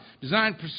Designed